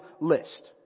list